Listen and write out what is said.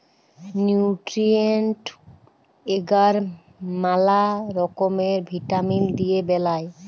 nutrient এগার ম্যালা রকমের ভিটামিল দিয়ে বেলায়